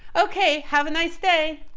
okay, have a nice day.